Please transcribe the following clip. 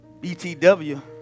BTW